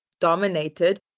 dominated